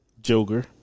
Joker